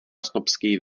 snobskejch